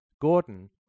Gordon